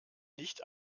nicht